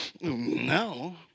No